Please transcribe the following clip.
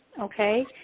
okay